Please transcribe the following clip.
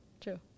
True